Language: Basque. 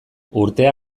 urtea